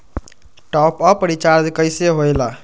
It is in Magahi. टाँप अप रिचार्ज कइसे होएला?